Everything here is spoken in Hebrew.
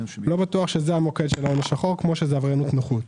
לא בטוח שזה המוקד של ההון השחור כפי שזו עבריינות נוחות.